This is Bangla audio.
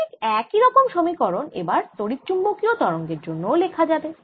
ঠিক এই রকম সমীকরণ এবার তড়িৎচুম্বকীয় তরঙ্গের জন্য লেখা যাবে